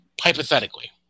hypothetically